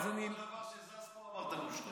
על כל דבר שזז פה אמרת "מושחת".